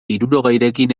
hirurogeirekin